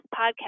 podcast